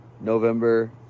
November